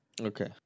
Okay